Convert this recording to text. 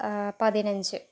പതിനഞ്ച്